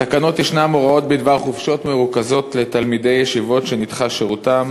בתקנות יש הוראות בדבר חופשות מרוכזות לתלמידי ישיבות שנדחה שירותם,